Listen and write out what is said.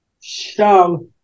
show